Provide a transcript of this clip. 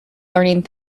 learning